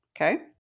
Okay